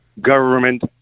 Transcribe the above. government